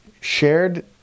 shared